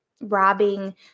robbing